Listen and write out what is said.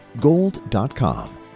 gold.com